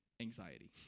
anxiety